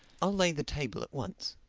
i'll lay the table at once.